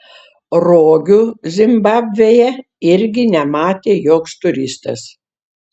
rogių zimbabvėje irgi nematė joks turistas